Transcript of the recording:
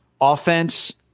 offense